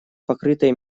покрытой